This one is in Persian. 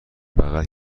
بغل